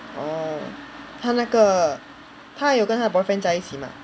orh 她那个她还有跟着 boyfriend 在一起吗